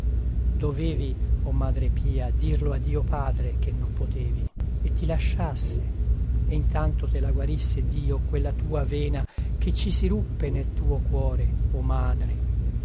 dovevi o madre pia dirlo a dio padre che non potevi e ti lasciasse e in tanto te la guarisse dio quella tua vena che ci si ruppe nel tuo cuore o madre